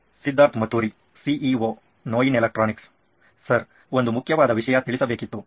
Siddharth Mathuri CEO ನೋಯಿನ್ electronics sir ಒಂದು ಮುಖ್ಯವಾದ ವಿಷಯ ತಿಳಿಸಬೇಕಿತ್ತು